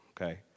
okay